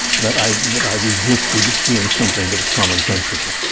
that i that i resisted doing something that was commonsensical.